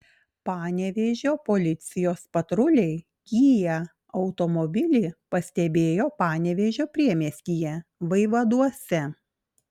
panevėžio policijos patruliai kia automobilį pastebėjo panevėžio priemiestyje vaivaduose